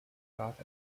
brach